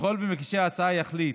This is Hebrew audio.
ככל שמגישי ההצעה יחליטו